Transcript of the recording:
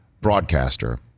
broadcaster